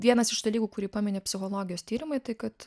vienas iš dalykų kurį pamini psichologijos tyrimai tai kad